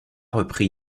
repris